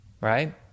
right